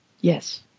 yes